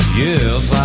yes